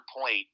point